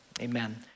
amen